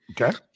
Okay